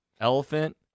Elephant